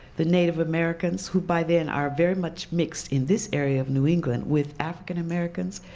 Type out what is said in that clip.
the native americans, who by then are very much mixed in this area of new england with african americans,